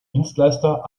dienstleister